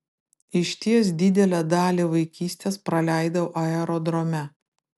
išties didelę dalį vaikystės praleidau aerodrome